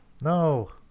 No